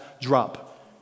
drop